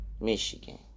Michigan